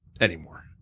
anymore